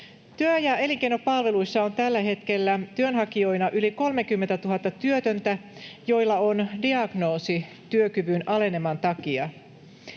Työ‑ ja elinkeinopalveluissa on tällä hetkellä työnhakijoina yli 30 000 työtöntä, joilla on diagnoosi työkyvyn aleneman takia.